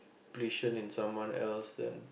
~pletion in someone else then